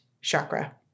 chakra